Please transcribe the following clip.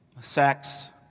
sex